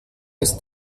ist